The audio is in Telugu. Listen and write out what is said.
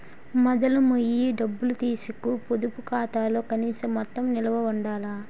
మొదలు మొయ్య డబ్బులు తీసీకు పొదుపు ఖాతాలో కనీస మొత్తం నిలవ ఉండాల